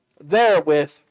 therewith